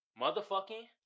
motherfucking